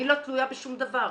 אני לא תלויה בשום דבר.